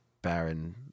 barren